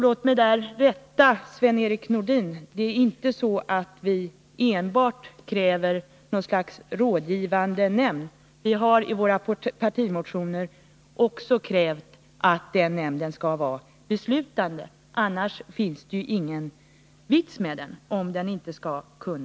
Låt mig där rätta Sven-Erik Nordin: Vi kräver inte enbart något slags rådgivande nämnd. Vi har i våra partimotioner också krävt att den nämnden skall vara beslutande. Om den inte skall kunna ingripa är det ingen vits med den.